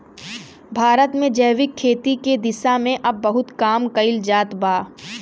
भारत में जैविक खेती के दिशा में अब बहुत काम कईल जात बा